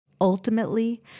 Ultimately